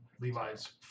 Levi's